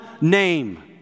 name